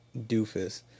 doofus